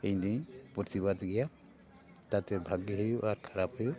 ᱤᱧ ᱫᱚᱧ ᱯᱨᱚᱛᱤᱵᱟᱫᱽ ᱜᱮᱭᱟ ᱛᱟᱛᱮ ᱵᱷᱟᱹᱜᱤ ᱦᱩᱭᱩᱜ ᱟᱨ ᱠᱷᱟᱨᱟᱯ ᱦᱩᱭᱩᱜ